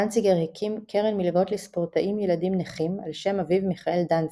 דנציגר הקים קרן מלגות לספורטאים-ילדים נכים על שם אביו מיכאל דנציגר.